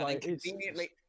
conveniently